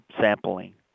sampling